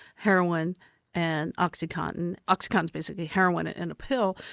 heroin and oxycontin. oxycontin's basically heroin in a pill.